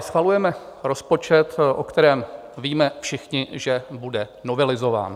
Schvalujeme rozpočet, o kterém víme všichni, že bude novelizován.